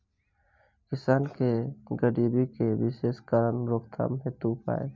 किसान के गरीबी के विशेष कारण रोकथाम हेतु उपाय?